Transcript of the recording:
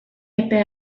epe